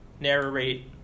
narrate